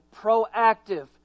proactive